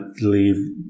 leave